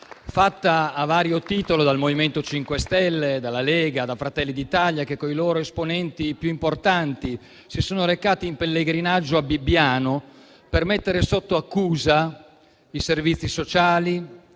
fatta, a vario titolo, dal MoVimento 5 Stelle, dalla Lega e da Fratelli d'Italia, che, con i loro esponenti più importanti, si sono recati in pellegrinaggio a Bibbiano per mettere sotto accusa i servizi sociali